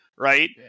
Right